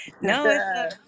No